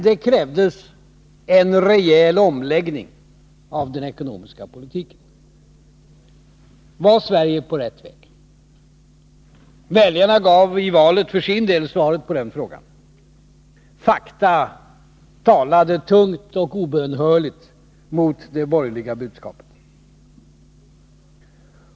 Det krävdes en rejäl omläggning av den ekonomiska politiken. Var Sverige på rätt väg? Väljarna gav i valet för sin del svaret på den frågan. Fakta talade tungt och obönhörligt emot det borgerliga budskapet.